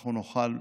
אנחנו נוכל,